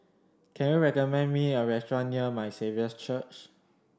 can you recommend me a restaurant near My Saviour's Church